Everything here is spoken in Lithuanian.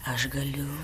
aš galiu